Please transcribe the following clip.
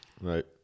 Right